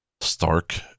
Stark